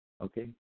okay